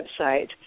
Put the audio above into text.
website